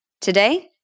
Today